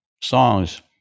songs